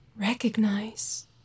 recognize